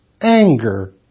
anger